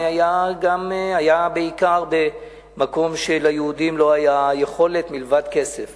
היה בעיקר במקום שליהודים לא היתה יכולת מלבד כסף